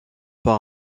par